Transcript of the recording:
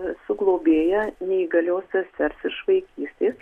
esu globėja neįgalios sesers iš vaikystės